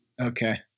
Okay